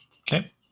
Okay